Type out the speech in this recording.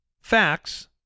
facts